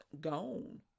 gone